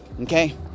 Okay